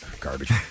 garbage